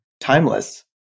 timeless